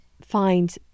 find